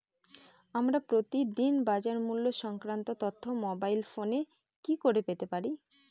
আমরা প্রতিদিন বাজার মূল্য সংক্রান্ত তথ্য মোবাইল ফোনে কি করে পেতে পারি?